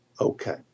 okay